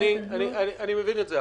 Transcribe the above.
אני מבין את זה,